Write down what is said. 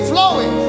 Flowing